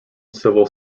civil